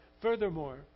Furthermore